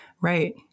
right